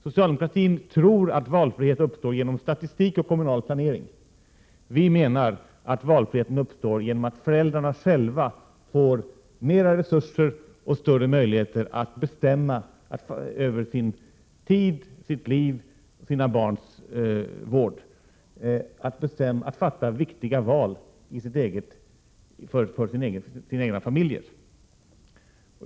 Socialdemokratin tror att valfrihet uppstår genom statistik och kommunal planering. Vi menar att valfriheten uppstår genom att föräldrarna själva får mera resurser och större möjligheter att bestämma över sin tid, sitt liv, sina barns framtid, att träffa viktiga val för sina egna familjer.